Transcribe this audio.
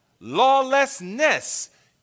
Lawlessness